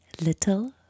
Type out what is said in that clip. Little